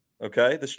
okay